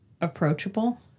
approachable